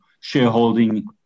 shareholding